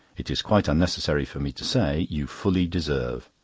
it is quite unnecessary for me to say, you fully deserve.